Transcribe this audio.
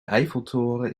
eiffeltoren